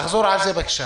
תחזור עליה, בבקשה.